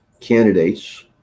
candidates